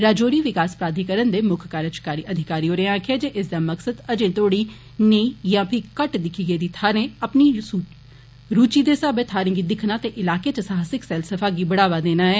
राजौरी विकास प्राधिकरण दे मुकख कारजकारी अधिकारी होरें आक्खेआ जे इसदा मकसद अजें तक्कर नेई दां फीह् घट्ट दिक्खी गेदी थहारें अपनी सूचि दे स्हावें थाहरें गी दिक्खना ते इलाके च साहसिक सैलसफा गी बढ़ावा देना ऐ